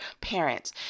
parents